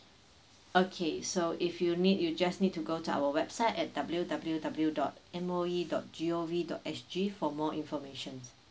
okay so if you need you just need to go to our website at w w w dot M O E dot g o v dot s g for more information